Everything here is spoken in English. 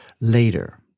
later